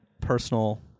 personal